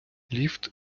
ліфт